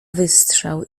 wystrzał